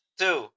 two